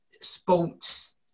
sports